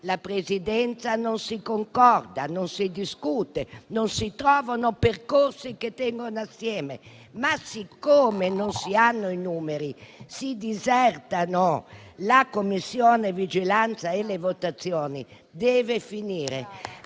la Presidenza non si concorda e non si discute, non si trovano percorsi che tengano assieme, ma, siccome non si hanno i numeri, si disertano la Commissione di vigilanza e le votazioni, deve finire